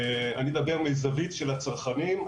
אני אדבר מהזווית של הצרכנים.